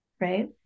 Right